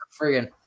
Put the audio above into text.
friggin